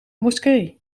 moskee